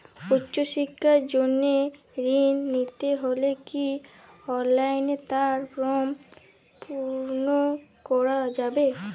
উচ্চশিক্ষার জন্য ঋণ নিতে হলে কি অনলাইনে তার ফর্ম পূরণ করা যাবে?